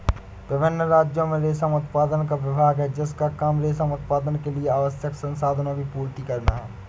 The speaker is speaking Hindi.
विभिन्न राज्यों में रेशम उत्पादन का विभाग है जिसका काम रेशम उत्पादन के लिए आवश्यक संसाधनों की आपूर्ति करना है